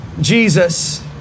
Jesus